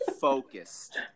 focused